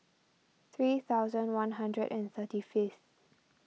three thousand one hundred and thirty fifth